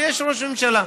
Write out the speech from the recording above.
ויש ראש ממשלה.